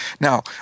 Now